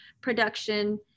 production